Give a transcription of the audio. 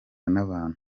n’abantu